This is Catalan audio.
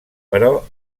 però